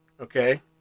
Okay